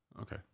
Okay